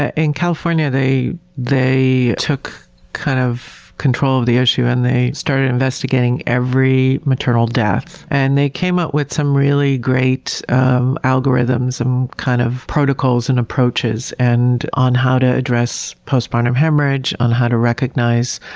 ah in california, they they took kind of control of the issue and they started investigating every maternal death, and they came up with some really great algorithms um kind of protocols and approaches and on how to address postpartum hemorrhage, on how to recognize